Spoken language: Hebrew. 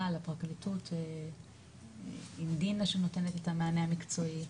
לפרקליטות עם דינה שנותנת את המענה המקצועי.